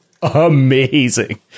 amazing